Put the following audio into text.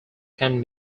can